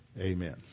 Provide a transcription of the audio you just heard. Amen